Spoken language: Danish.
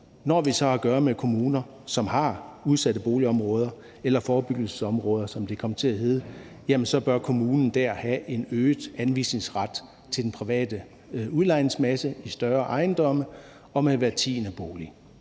Når vi så har at gøre med kommuner, som har udsatte boligområder eller forebyggelsesområder, som det kom til at hedde, jamen så bør kommunen dér have en øget anvisningsret til den private udlejningsmasse i større ejendomme for hver tiende bolig.